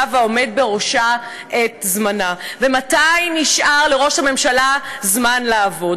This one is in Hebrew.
והעומד בראשה את זמנו ומתי נשאר לראש הממשלה זמן לעבוד.